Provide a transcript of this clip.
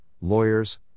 lawyers